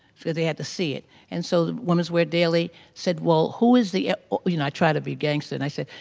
so they had to see it, and so women's wear daily said well who is the you know i try to be gangster and i said,